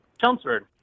Chelmsford